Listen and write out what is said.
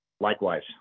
Likewise